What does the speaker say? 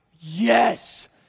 yes